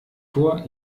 vor